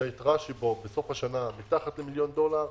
שהיתרה שבו בסוף השנה מתחת למיליון דולר,